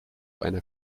einer